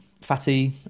Fatty